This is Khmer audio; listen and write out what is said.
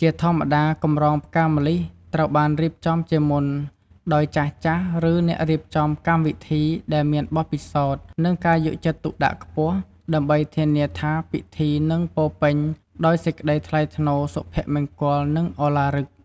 ជាធម្មតា កម្រងផ្កាម្លិះត្រូវបានរៀបចំជាមុន ដោយចាស់ៗឬអ្នករៀបចំកម្មវិធីដែលមានបទពិសោធន៍ និងការយកចិត្តទុកដាក់ខ្ពស់ ដើម្បីធានាថាពិធីនឹងពោរពេញដោយសេចក្ដីថ្លៃថ្នូរ សុភមង្គល និងឳឡារិក។